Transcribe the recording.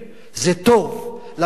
זה טוב למשיחיות,